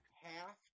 Half